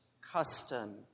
custom